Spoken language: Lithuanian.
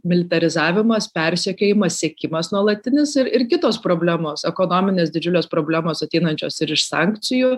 militarizavimas persekiojimas siekimas nuolatinis ir ir kitos problemos ekonominės didžiulės problemos ateinančios ir iš sankcijų